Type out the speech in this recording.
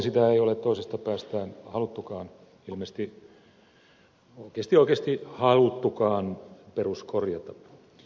sitä ei ole toisesta päästään haluttukaan ilmeisesti oikeasti haluttukaan peruskorjata